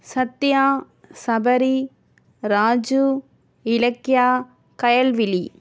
Sathya Sabari Raju Ilakkiya Kayalvizhi